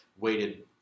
weighted